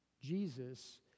Jesus